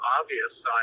obvious